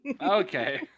Okay